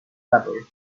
fable